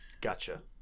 Gotcha